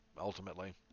ultimately